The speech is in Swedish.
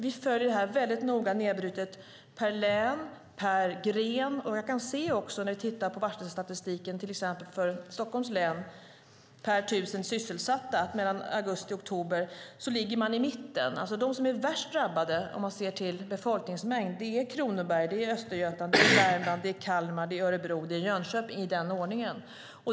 Vi följer det här noga, nedbrutet per län och per gren, och jag kan se när vi tittar på varselstatistiken för till exempel Stockholms län per 1 000 sysselsatta att augusti-oktober låg man i mitten. De som är värst drabbade om man ser till befolkningsmängd är Kronoberg, Östergötland, Värmland, Kalmar, Örebro och Jönköping i den ordningen.